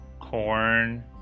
corn